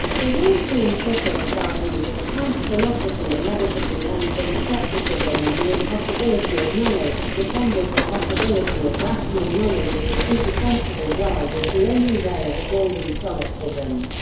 the wolffian critics argued that kant's philosophy inevitably ends in skepticism and the impossibility of knowledge, defended the possibility of rational knowledge of the supersensible world as the only way of avoiding solipsism.